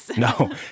No